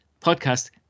podcast